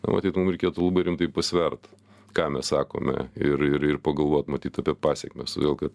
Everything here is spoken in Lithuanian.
na matyt mum reikėtų labai rimtai pasvert ką mes sakome ir ir ir pagalvot matyt apie pasekmes todėl kad